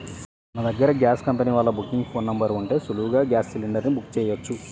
మన దగ్గర gas company వాళ్ళ బుకింగ్ ఫోన్ నెంబర్ ఉంటే సులువుగా గ్యాస్ సిలిండర్ ని బుక్ చెయ్యొచ్చు